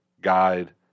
guide